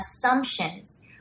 assumptions